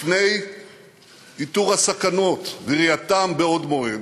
לפני איתור הסכנות וראייתן בעוד מועד,